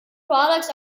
products